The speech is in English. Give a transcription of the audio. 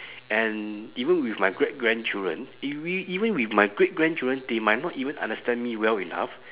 and even with my great grandchildren even with my great grandchildren they might not even understand me well enough